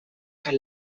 kaj